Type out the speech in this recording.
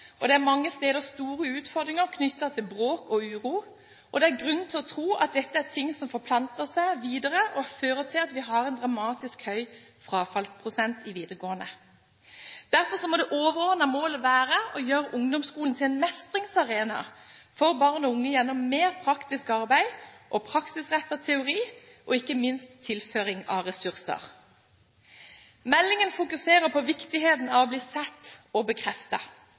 og det er mange steder store utfordringer knyttet til bråk og uro. Det er grunn til å tro at dette er ting som forplanter seg videre og fører til at vi har en dramatisk høy frafallsprosent i videregående skole. Derfor må det overordnede målet være å gjøre ungdomsskolen til en mestringsarena for barn og unge gjennom mer praktisk arbeid og praksisrettet teori – og ikke minst tilføring av ressurser. Meldingen fokuserer på viktigheten av å bli sett og